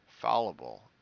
fallible